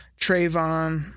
Trayvon